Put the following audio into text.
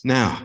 Now